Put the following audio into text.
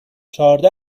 چهارده